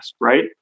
right